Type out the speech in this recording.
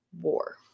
war